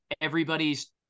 everybody's